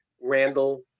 Randall